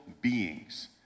beings